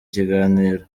kiganiro